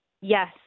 Yes